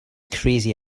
crazy